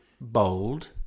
bold